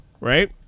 right